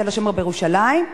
בתל-השומר ובירושלים,